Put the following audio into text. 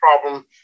problem